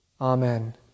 Amen